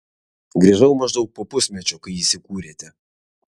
grįžau maždaug po pusmečio kai įsikūrėte